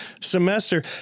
semester